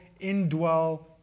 indwell